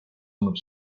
annab